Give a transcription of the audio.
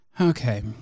Okay